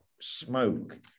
smoke